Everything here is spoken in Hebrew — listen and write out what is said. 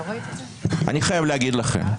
אני חייב להגיד לכם,